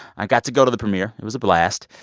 i got to go to the premiere. it was a blast.